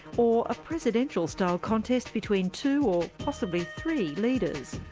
or a presidential-style contest between two or possibly three leaders?